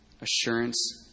assurance